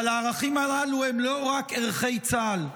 אבל הערכים הללו הם לא רק ערכי צה"ל,